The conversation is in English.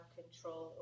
control